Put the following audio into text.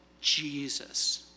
Jesus